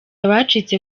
abacitse